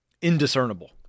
Indiscernible